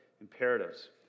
imperatives